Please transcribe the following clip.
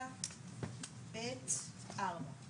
9(ב)(4).